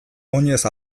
oinez